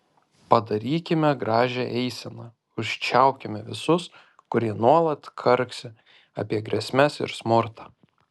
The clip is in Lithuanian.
padarykime gražią eiseną užčiaupkime visus kurie nuolat karksi apie grėsmes ir smurtą